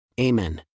Amen